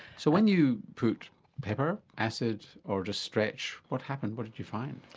so when you put pepper, acid or just stretch what happened, what did you find?